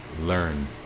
learn